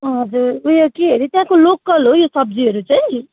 हजुर उयो के अरे त्यहाँको लोकल हो यो सब्जीहरू चाहिँ